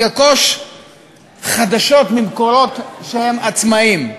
תרכוש חדשות ממקורות שהם עצמאים,